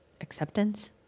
acceptance